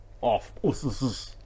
off